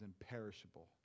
imperishable